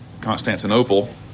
Constantinople